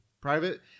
private